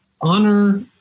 honor